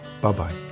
Bye-bye